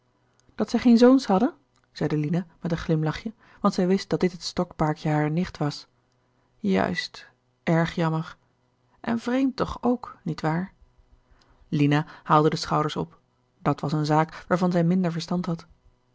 dat zij geen zoons hadden zeide lina met een glimlachje want zij wist dat dit het stokpaardje harer nicht was juist erg jammer en vreemd toch ook niet waar lina haalde de schouders op dat was eene zaak waarvan zij minder verstand had